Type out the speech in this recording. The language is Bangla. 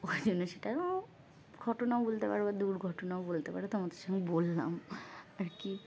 ওই জন্য সেটা ঘটনাও বলতে পারো বা দুর্ঘটনাও বলতে পারো তোমাদের সঙ্গে বললাম আর কি